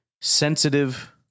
sensitive